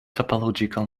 topological